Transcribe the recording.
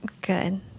Good